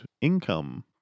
income